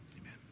Amen